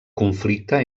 conflicte